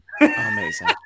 Amazing